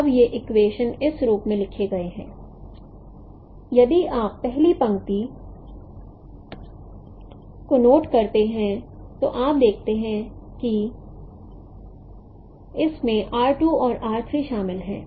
अब ये इक्वेशन इस रूप में लिखे गए हैं यदि आप पहली पंक्ति को नोट करते हैं तो आप देखते हैं कि इसमें r 2 और r 3 शामिल हैं